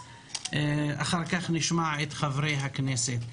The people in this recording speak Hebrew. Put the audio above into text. אחר כך נשמע את חברי הכנסת.